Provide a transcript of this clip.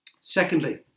Secondly